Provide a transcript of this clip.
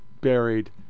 buried